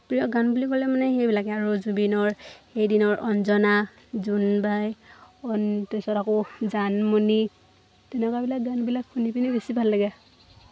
প্ৰিয় গান বুলি ক'লে মানে সেইবিলাকে আৰু জুবিনৰ সেইদিনৰ অঞ্জনা জোনবাই তাৰছত আকৌ জানমণি তেনেকুৱাবিলাক গানবিলাক শুনি পিনি বেছি ভাল লাগে